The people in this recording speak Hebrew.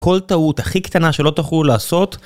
כל טעות הכי קטנה שלא תוכלו לעשות.